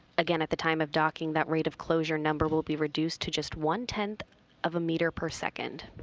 again, at the time of docking, that rate of closure number will be reduced to just one tenth of a meter per second.